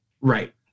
right